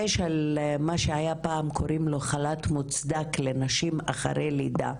של מה שפעם היו קוראים לו "חל"ת מוצדק לנשים אחרי לידה"